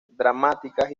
dramáticas